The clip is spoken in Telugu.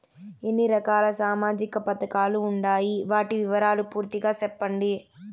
ఎన్ని రకాల సామాజిక పథకాలు ఉండాయి? వాటి వివరాలు పూర్తిగా సెప్పండి?